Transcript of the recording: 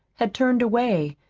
had turned away,